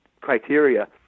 criteria